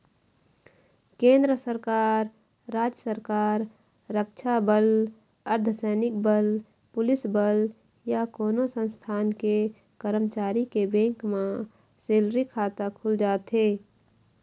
केंद्र सरकार, राज सरकार, रक्छा बल, अर्धसैनिक बल, पुलिस बल या कोनो संस्थान के करमचारी के बेंक म सेलरी खाता खुल जाथे